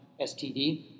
STD